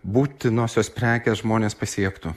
būtinosios prekės žmones pasiektų